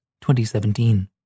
2017